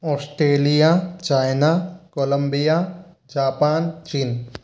Australia China Colombia Japan चीन